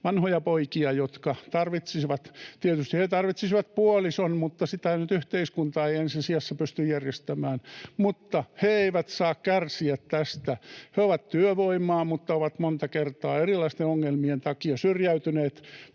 vanhojapoikia, jotka tarvitsisivat tietysti puolison, mutta sitä nyt yhteiskunta ei ensi sijassa pysty järjestämään. He eivät saa kärsiä tästä. He ovat työvoimaa mutta ovat monta kertaa erilaisten ongelmien takia syrjäytyneet